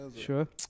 sure